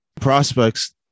Prospects